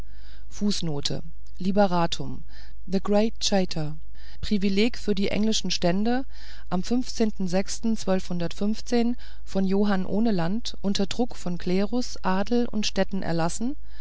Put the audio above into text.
the great charter privileg für die englischen stände am von johann ohne land unter druck von klerus adel und städten erlassen